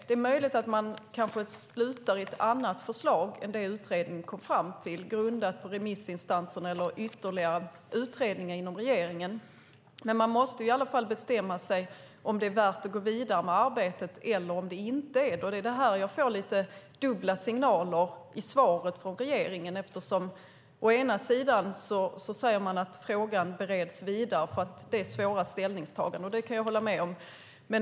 Det är möjligt att man kanske slutar i ett annat förslag än det utredningen kom fram till grundat på remissinstanserna eller ytterligare utredningar inom regeringen, men man måste i alla fall bestämma sig för om det är värt att gå vidare med arbetet eller om det inte är det. Här får jag lite dubbla signaler i svaret från regeringen. Å ena sidan säger man att frågan bereds vidare för att det är svåra ställningstaganden, och det kan jag hålla med om.